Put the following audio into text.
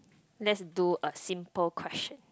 let's do a simple question